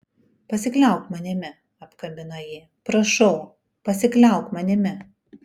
pasikliauk manimi apkabino jį prašau pasikliauk manimi